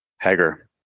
Hager